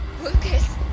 Lucas